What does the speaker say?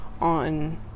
on